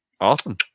Awesome